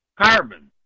carbon